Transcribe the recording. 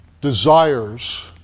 desires